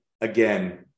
again